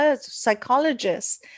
psychologists